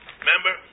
remember